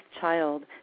child